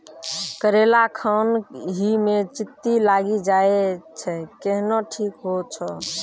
करेला खान ही मे चित्ती लागी जाए छै केहनो ठीक हो छ?